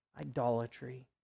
idolatry